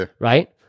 Right